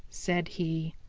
said he.